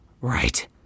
Right